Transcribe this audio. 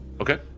Okay